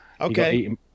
Okay